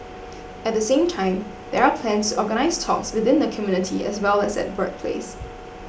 at the same time there are plans organise talks within the community as well as at workplace